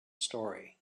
story